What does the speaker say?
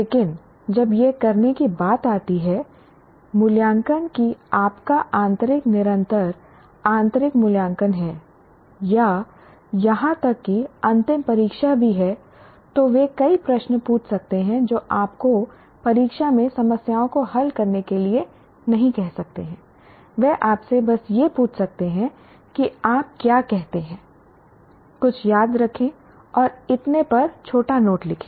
लेकिन जब यह करने की बात आती है मूल्यांकन कि आपका आंतरिक निरंतर आंतरिक मूल्यांकन है या यहां तक कि अंतिम परीक्षा भी है तो वे कई प्रश्न पूछ सकते हैं जो आपको परीक्षा में समस्याओं को हल करने के लिए नहीं कह सकते हैं वे आपसे बस यह पूछ सकते हैं कि आप क्या कहते हैं कुछ याद रखें और इतने पर छोटा नोट लिखें